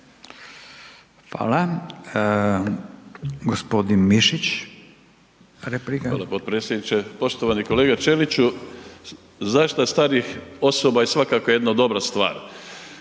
Ivica (Nezavisni)** Hvala potpredsjedniče. Poštovani kolega Ćeliću, za šta starijih osoba je svakako jedna dobra stvar.